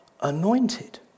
anointed